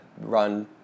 run